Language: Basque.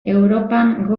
europan